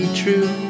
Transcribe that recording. true